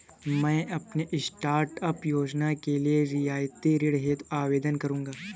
मैं अपने स्टार्टअप योजना के लिए रियायती ऋण हेतु आवेदन करूंगा